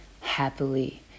happily